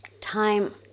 time